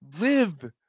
live